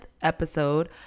episode